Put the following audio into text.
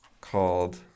called